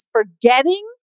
forgetting